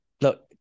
look